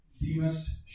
Demas